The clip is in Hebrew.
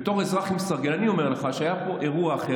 בתור אזרח עם סרגל אני אומר לך שהיה פה אירוע אחר.